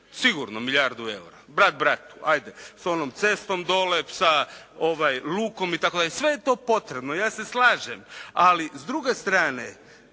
Sigurno milijardu eura. Brat, bratu, ajde. S onom cestom dolje, sa lukom itd. Sve je to potrebno. Ja se slažem. Ali s druge strane